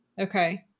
Okay